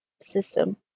system